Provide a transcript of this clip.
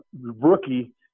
rookie